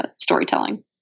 storytelling